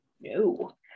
No